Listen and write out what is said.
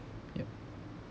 yup